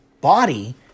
body